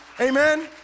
Amen